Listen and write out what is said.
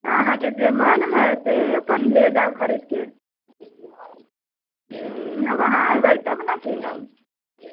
अहाँकेँ जे मन हय से अपन ले जाउ खरीदके आब अहाँ एबै तब ने कीनब